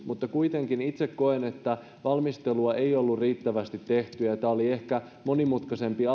mutta kuitenkin itse koen että valmistelua ei ollut riittävästi tehty ja tämä oli ehkä monimutkaisempi